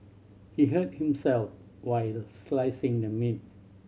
he hurt himself while slicing the meat